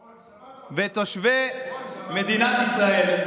רון, שמענו, ותושבי מדינת ישראל,